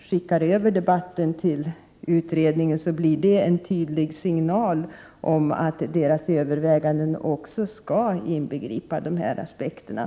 skickar över protokollet från denna debatt till utredningen, blir det en tydlig signal om att utredningens överväganden också skall inbegripa de här aspekterna.